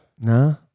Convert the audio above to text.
No